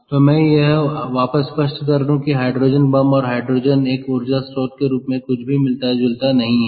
तो मैं यह वापस स्पष्ट कर दूं कि हाइड्रोजन बम और हाइड्रोजन एक ऊर्जा स्रोत के रूप में कुछ भी मिलता जुलता नहीं है